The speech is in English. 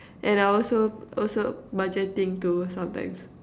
and I also also budgeting too sometimes